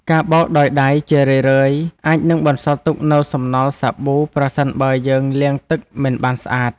ការបោកដោយដៃជារឿយៗអាចនឹងបន្សល់ទុកនូវសំណល់សាប៊ូប្រសិនបើយើងលាងទឹកមិនបានស្អាត។